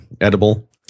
edible